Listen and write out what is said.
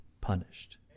punished